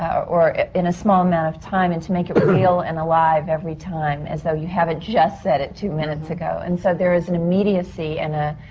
or in a small amount of time, and to make it real and alive every time, as though you haven't just said it two minutes ago. and so there is an immediacy and a.